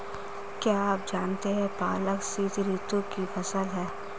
क्या आप जानते है पालक शीतऋतु की फसल है?